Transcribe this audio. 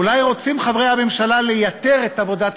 אולי רוצים חברי הממשלה לייתר את עבודת